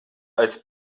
als